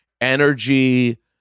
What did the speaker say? energy